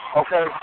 okay